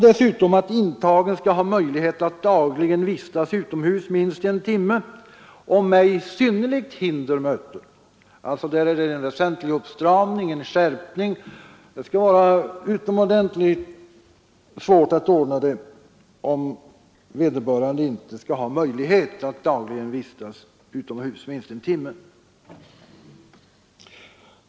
Dessutom skall intagen ha möjlighet att dagligen vistas utomhus minst en timme. Här är det en väsentlig skärpning. Det skall vara utomordentligt svårt att ordna det, om vederbörande inte skall ha möjlighet att dagligen vistas utomhus minst en timme.